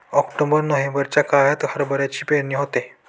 October नोव्हेंबरच्या काळात हरभऱ्याची पेरणी होते